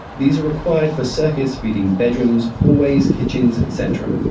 these are required for circuits feeding bedrooms, hallways, kitchens et cetera.